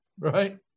Right